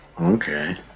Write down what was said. Okay